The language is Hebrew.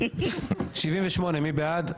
107, מי בעד?